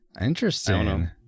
interesting